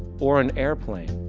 or an airplane.